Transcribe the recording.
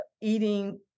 eating